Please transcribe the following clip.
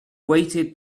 weighted